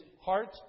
heart